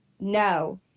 no